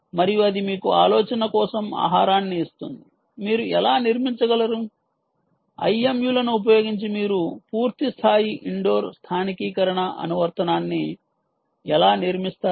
మరియు అది మీకు ఆలోచన కోసం ఆహారాన్ని ఇస్తుంది మీరు ఎలా నిర్మించగలరు IMU లను ఉపయోగించి మీరు పూర్తి స్థాయి ఇండోర్ స్థానికీకరణ అనువర్తనాన్ని ఎలా నిర్మిస్తారు